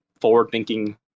forward-thinking